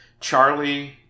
Charlie